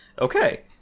okay